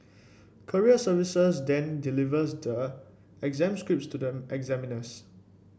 courier service then delivers the exam scripts to the examiners